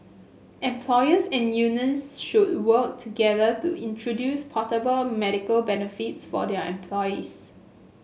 employers and unions should work together to introduce portable medical benefits for their employees